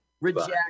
reject